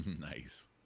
nice